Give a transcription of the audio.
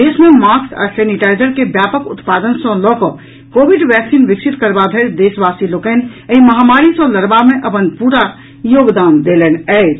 देश मे मास्क आ सेनिटाईजर के व्यापक उत्पादन सँ लऽ कऽ कोविड वैक्सीन विकसित करबा धरि देशवासी लोकनि एहि महामारी सँ लड़बा मे अपन पूरा योगदान देलनि अछि